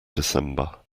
december